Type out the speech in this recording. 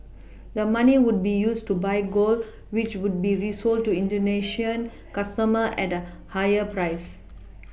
the money would be used to buy gold which would be resold to indonesian customers at a higher price